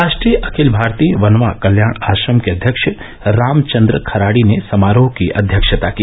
राष्ट्रीय अखिल भारतीय वनवा कल्याण आश्रम के अध्यक्ष रामचंद्र खराडी ने समारोह की अध्यक्षता की